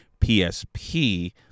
PSP